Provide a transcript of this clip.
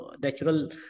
natural